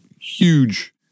huge